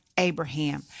Abraham